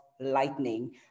lightning